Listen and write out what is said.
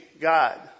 God